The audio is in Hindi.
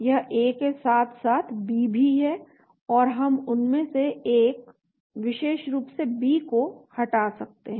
यह ए के साथ साथ बी भी है तो हम उनमें से एक विशेष रूप से बी को हटा सकते हैं